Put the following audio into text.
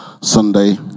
Sunday